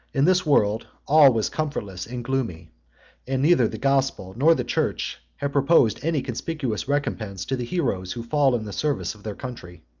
in this world all was comfortless and gloomy and neither the gospel nor the church have proposed any conspicuous recompense to the heroes who fall in the service of their country.